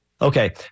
Okay